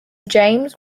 james